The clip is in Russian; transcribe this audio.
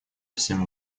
всем